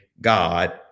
God